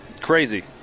Crazy